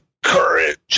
courage